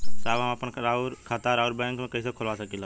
साहब हम आपन खाता राउर बैंक में कैसे खोलवा सकीला?